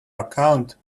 account